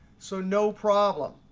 so no problem.